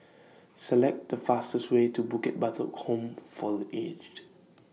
Select The fastest Way to Bukit Batok Home For The Aged